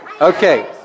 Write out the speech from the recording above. Okay